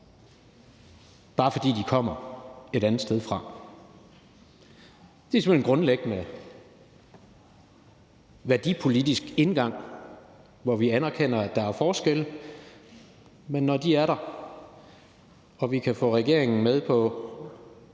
bare fordi de kommer et andet sted fra. Det er simpelt hen en grundlæggende værdipolitisk indgang, hvor vi anerkender, at der er forskelle, men når de er der og vi kan få regeringen og